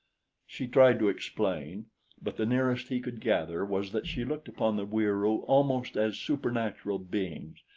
she tried to explain but the nearest he could gather was that she looked upon the wieroo almost as supernatural beings.